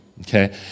okay